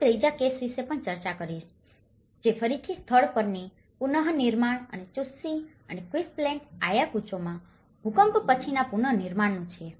હું ત્રીજા કેસ વિશે પણ ચર્ચા કરીશ જે ફરીથી સ્થળ પરની પુનર્નિર્માણ અને ચુસ્ચી અને ક્વિસ્પ્લેક્ટ આયાકુચોમાં ભૂકંપ પછીના પુનર્નિર્માણનું છે